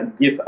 give